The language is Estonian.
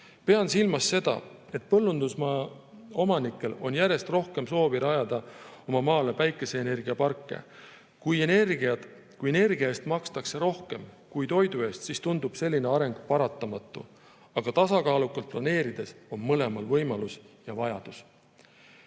Pean silmas seda, et põllundusmaa omanikel on järjest rohkem soovi rajada oma maale päikeseenergiaparke. Kui energia eest makstakse rohkem kui toidu eest, siis tundub selline areng paratamatu. Aga tasakaalukalt planeerides on mõlemal võimalus ja mõlema